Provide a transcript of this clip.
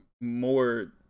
more